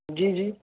جی جی